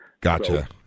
Gotcha